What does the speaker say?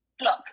Look